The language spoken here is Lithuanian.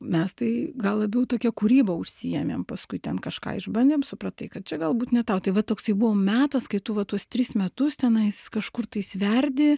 mes tai gal labiau tokia kūryba užsiėmėm paskui ten kažką išbandėm supratai kad čia galbūt ne tau tai va toksai buvo metas kai tu va tuos tris metus tenai kažkur tais verdi